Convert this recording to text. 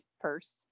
purse